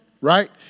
Right